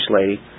lady